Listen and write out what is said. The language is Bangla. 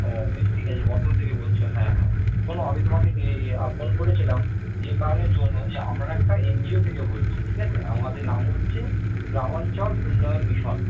ও বেশ ঠিক আছে বর্ধমান থেকে বলছো হ্যাঁ হ্যাঁ শোনো আমি তোমাকে এ এ ফোন করেছিলাম যে কারণের জন্য যে আমরা একটা এনজিও থেকে বলছি ঠিক আছে আমাদের নাম হচ্ছে গ্রামাঞ্চল উন্নয়ন মিশন